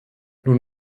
nun